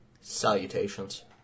Salutations